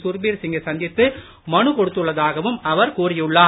சுர்பீர் சிங்கை சந்தித்து மனு கொடுத்துள்ளதாகவும் அவர் கூறியுள்ளார்